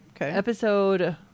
episode